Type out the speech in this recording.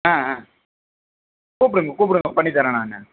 ஆ ஆ கூப்பிடுங்கள் கூப்பிடுங்கள் பண்ணி தர்றேன் நான்